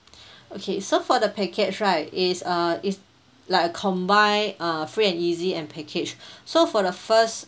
okay so for the package right it's uh it's like a combine uh free and easy and package so for the first